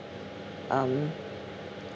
um